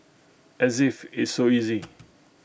as if it's so easy